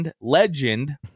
Legend